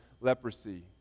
leprosy